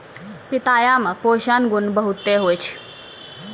पिताया मे पोषण गुण बहुते हुवै छै